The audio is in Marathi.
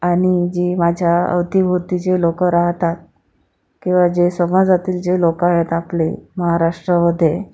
आणि जी माझ्या अवतीभोवती जे लोक राहतात किंवा जे समाजातील जे लोक आहेत आपले महाराष्ट्रामध्ये